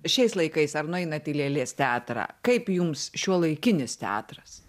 šiais laikais ar nueinat į lėlės teatrą kaip jums šiuolaikinis teatras